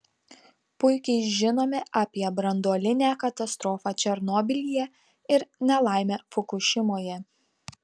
puikiai žinome apie branduolinę katastrofą černobylyje ir nelaimę fukušimoje